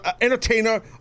entertainer